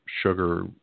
sugar